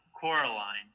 Coraline